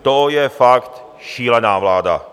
To je fakt šílená vláda.